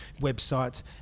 websites